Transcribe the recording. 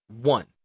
One